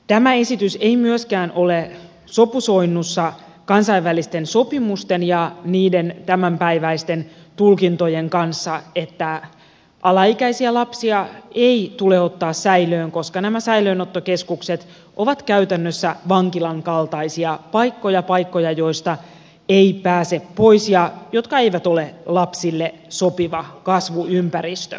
tämä esitys ei myöskään ole sopusoinnussa kansainvälisten sopimusten ja niiden tämänpäiväisten tulkintojen kanssa että alaikäisiä lapsia ei tule ottaa säilöön koska nämä säilöönottokeskukset ovat käytännössä vankilan kaltaisia paikkoja paikkoja joista ei pääse pois ja jotka eivät ole lapsille sopiva kasvuympäristö